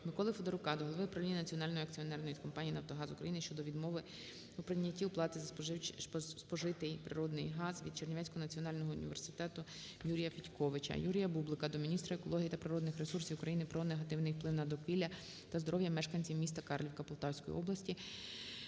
МиколиФедорука до голови правління Національної акціонерної компанії "Нафтогаз України" щодо відмови у прийнятті оплати за спожитий природний газ від Чернівецького національного університету імені Юрія Федьковича. Юрія Бублика до міністра екології та природних ресурсів України про негативний вплив на довкілля та здоров'я мешканців міста Карлівка Полтавської області